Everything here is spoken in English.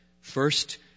First